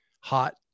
hot